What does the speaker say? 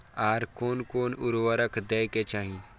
आर कोन कोन उर्वरक दै के चाही?